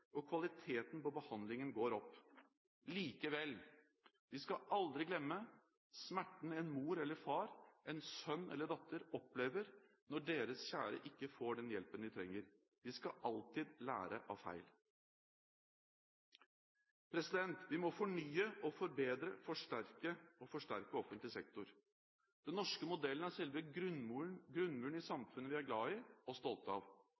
og kvaliteten på behandlingen går opp. Likevel: Vi skal aldri glemme smerten en mor eller far, en sønn eller datter, opplever når deres kjære ikke får den hjelpen de trenger. Vi skal alltid lære av feil. Vi må fornye, forbedre og forsterke offentlig sektor. Den norske modellen er selve grunnmuren i samfunnet vi er glad i og stolt av.